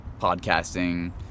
podcasting